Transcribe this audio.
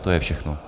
To je všechno.